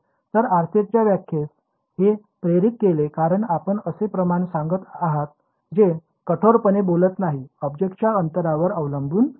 तर RCS च्या व्याख्येस हेच प्रेरित केले कारण आपण असे प्रमाण सांगत आहात जे कठोरपणे बोलत नाही ऑब्जेक्टच्या अंतरावर अवलंबून आहे